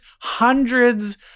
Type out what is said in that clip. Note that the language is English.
hundreds